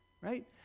right